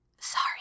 Sorry